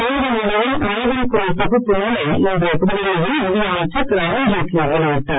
நரேந்திர மோடி யின் மனதின் குரல் தொகுப்பு நாலை இன்று புதுடில்லி யில் நிதி அமைச்சர் திரு அருண்ஜெய்ட்லி வெளியிட்டார்